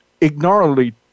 ignorantly